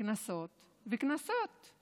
קנסות וקנסות.